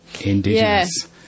Indigenous